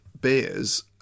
beers